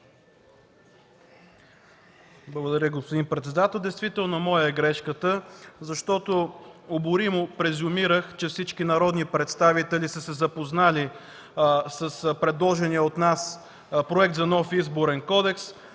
Благодаря, господин председател. Действително грешката е моя, защото оборимо презюмирах, че всички народни представители са се запознали с предложения от нас Проект за нов Изборен кодекс,